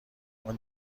اون